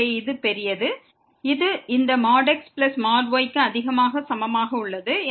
எனவே இது பெரியது இது இந்த xy க்கு அதிகமாக அல்லது சமமாக உள்ளது